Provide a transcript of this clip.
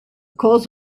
cause